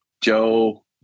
joe